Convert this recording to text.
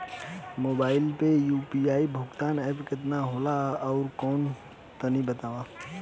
Mobile म UPI भुगतान app केतना होला आउरकौन कौन तनि बतावा?